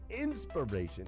inspiration